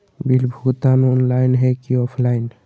Bill भुगतान online है की ऑफलाइन?